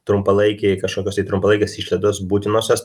trumpalaikiai kažkokios tai trumpalaikės išlaidos būtinosios